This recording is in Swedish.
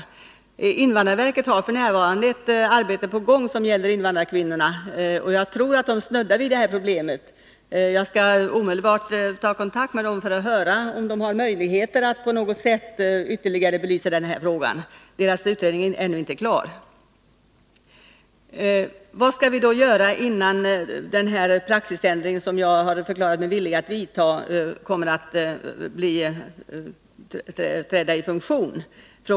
Inom invandrarverket har man f. n. ett arbete på gång som gäller invandrarkvinnorna, och jag tror att man där snuddar vid det här problemet. Jag skall omedelbart ta kontakt med dem som arbetar med detta för att höra om de har möjligheter att på något sätt ytterligare belysa den här frågan — deras utredning är ännu inte klar. Anita Gradin frågade också vad vi skall göra innan den praxisändring som jag förklarat mig villig att vidta kommer att träda i funktion.